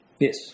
Yes